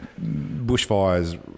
bushfires